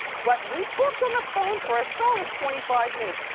but we talked on the phone for a solid twenty five minutes.